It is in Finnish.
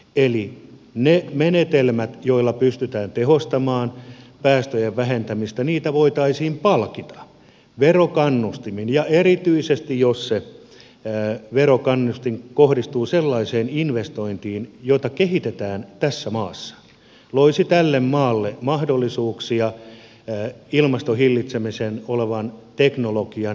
eli niitä menetelmiä joilla pystytään tehostamaan päästöjen vähentämistä voitaisiin palkita verokannustimin ja erityisesti jos se verokannustin kohdistuu sellaisiin investointeihin joita kehitetään tässä maassa se loisi tälle maalle mahdollisuuksia ilmastonmuutoksen hillitsemisen teknologian edelläkävijyyteen